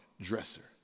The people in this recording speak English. dresser